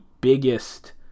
biggest